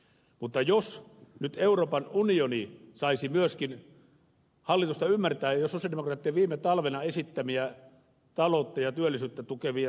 mutta jospa nyt euroopan unioni saisi myöskin hallituksen ymmärtämään jo sosialidemokraattien viime talvena esittämiä taloutta ja työllisyyttä tukevia toimia